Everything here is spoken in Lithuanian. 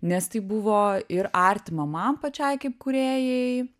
nes tai buvo ir artima man pačiai kaip kūrėjai